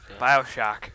Bioshock